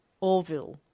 Orville